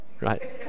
right